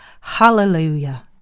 Hallelujah